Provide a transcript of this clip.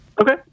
Okay